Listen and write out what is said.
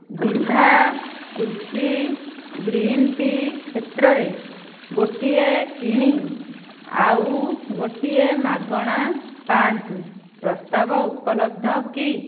ଦିଭା Tulsi green tea କ୍ଷେତ୍ରରେ ଗୋଟିଏ କିଣି ଆଉ ଗୋଟିଏ ମାଗଣା ପାଆନ୍ତୁ ପ୍ରସ୍ତାବ ଉପଲବ୍ଧ କି